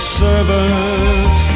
servant